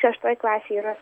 šeštoj klasėj yra